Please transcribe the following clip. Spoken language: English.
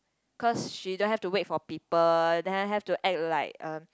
cause she don't have to wait for people then have to act like um